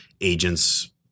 agents